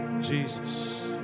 Jesus